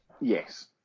Yes